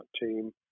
team